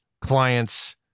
clients